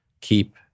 keep